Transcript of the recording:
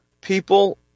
people